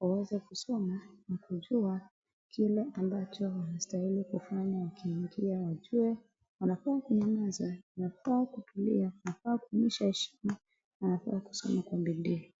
waweze kusoma na kujua kile ambacho wanastahili kufanya wakiingia, wajue wanafaa kunyamaza, wanafaa kutulia, wanafaa kuonyesha heshima na wanafaa kusoma kwa bidii.